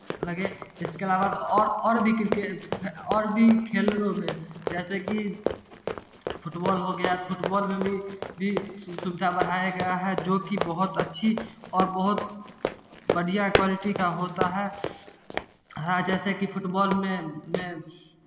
लगे इसके अलावा और भी और भी खेलों में जैसे कि फुटबॉल हो गया फुटबॉल में भी भी सुविधा बढ़ाया गया है जो की बहुत अच्छी और बहुत बढ़िया इक्वलिटी का होता है जैसे कि फुटबॉल में में